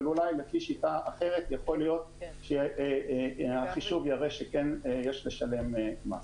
אבל אולי לפי שיטה אחרת יכול להיות שהחישוב יראה שכן יש לשלם מס.